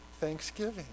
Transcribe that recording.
thanksgiving